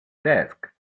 desk